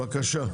בבקשה.